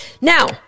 Now